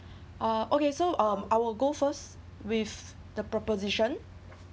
oh okay so um I will go first with the proposition